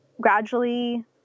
gradually